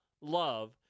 love